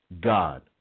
God